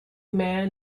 man